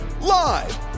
live